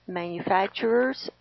manufacturers